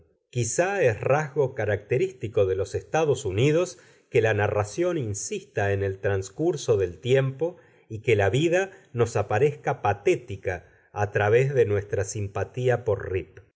quizá es rasgo característico de los estados unidos que la narración insista en el transcurso del tiempo y que la vida nos aparezca patética a través de nuestra simpatía por rip